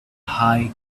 high